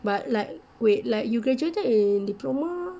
but like wait like you graduated in diploma